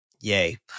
yay